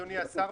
אדונ השר,